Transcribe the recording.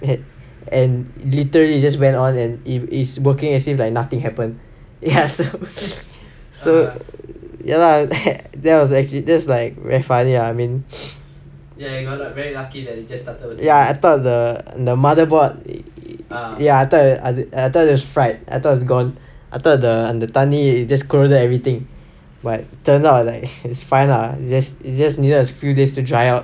and literally it just went on and it's it's working as if like nothing happened ya so ya lah that was actually this like actually very funny lah ya I thought the the motherboard ya I thought it was fried I thought it was gone I thought the அந்த தண்ணி:antha thanni it just close everything but turns out like it's fine lah just it just needed a few days to dry out